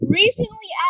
recently